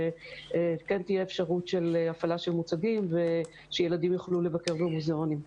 שכן תהיה אפשרות של הפעלה של מוצגים ושילדים יוכלו לבקר במוזיאונים.